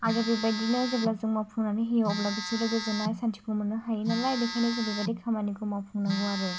आरो बेबायदिनो जेब्ला जों मावफुंनानै होयो अब्ला बिसोरो गोजोननाय सान्थिफोर मोननो हायो नालाय बेखायनो जों बेबायदि खामानिखौ मावफुंनांगौ आरो